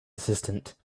assistant